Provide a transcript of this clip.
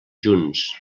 junts